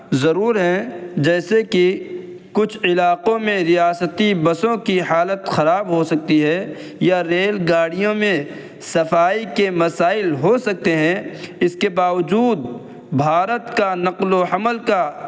ضرور ہیں جیسے کہ کچھ علاقوں میں ریاستی بسوں کی حالت خراب ہو سکتی ہے یا ریل گاڑیوں میں صفائی کے مسائل ہو سکتے ہیں اس کے باوجود بھارت کا نقل و حمل کا